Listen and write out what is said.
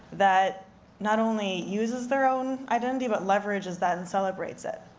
that not only uses their own identity, but leverages that and celebrates it?